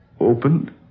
opened